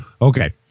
Okay